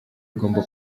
agomba